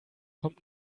kommt